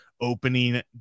opening